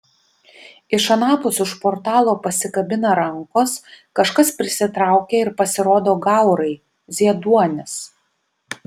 iš anapus už portalo pasikabina rankos kažkas prisitraukia ir pasirodo gaurai zieduonis